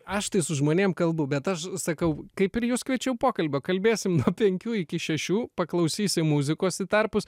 aš tai su žmonėm kalbu bet aš sakau kaip ir jus kviečiau pokalbio kalbėsim nuo penkių iki šešių paklausysim muzikos į tarpus